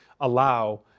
allow